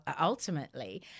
ultimately